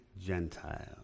Gentile